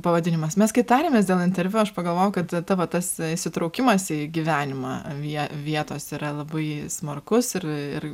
pavadinimas mes kai tarėmės dėl interviu aš pagalvojau kad tavo tas įsitraukimas į gyvenimą vie vietos yra labai smarkus ir ir